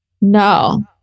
no